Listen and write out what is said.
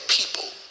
people